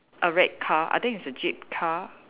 a red car I think it's a jeep car